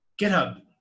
GitHub